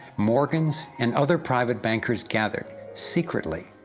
morgans and other private bankers gathered, secretly,